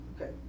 Okay